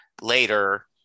later